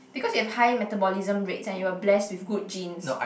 because you have high metabolism rates and you were blessed with good genes